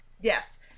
yes